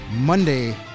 Monday